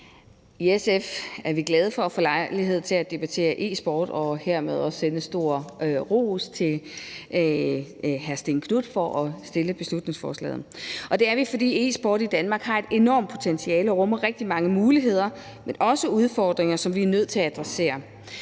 I SF er vi glade for at få lejlighed til at debattere e-sport og hermed også sende en stor ros til hr. Stén Knuth for at have fremsat beslutningsforslaget. Det er vi, fordi e-sport i Danmark har et enormt potentiale og rummer rigtig mange muligheder, men også udfordringer, som vi er nødt til at adressere.